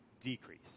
decrease